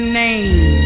name